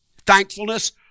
Thankfulness